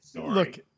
Look